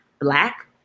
black